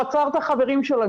הוא עצר את החברים שלו,